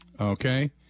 Okay